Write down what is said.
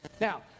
Now